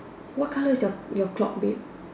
what colour is your your clock bed